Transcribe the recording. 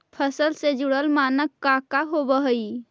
फसल से जुड़ल मानक का का होव हइ?